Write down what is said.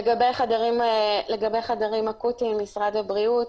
לגבי חדרים אקוטיים משרד הבריאות,